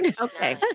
Okay